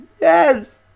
Yes